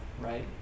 right